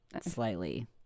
slightly